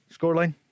Scoreline